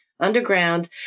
underground